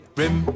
rim